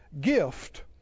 gift